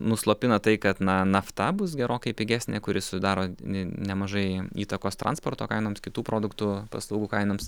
nuslopina tai kad na nafta bus gerokai pigesnė kuri sudaro nemažai įtakos transporto kainoms kitų produktų paslaugų kainoms